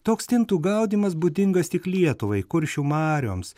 toks stintų gaudymas būdingas tik lietuvai kuršių marioms